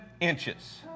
inches